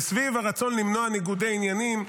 וסביב הרצון למנוע ניגודי עניינים,